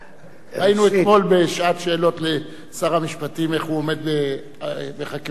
ראינו אתמול בשעת שאלות לשר המשפטים איך הוא עומד בחקירות נגדיות.